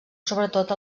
sobretot